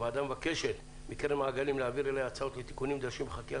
הוועדה מבקשת מקרן מעגלים להעביר אליה הצעות לתיקונים נדרשים בחקיקה